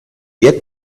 yet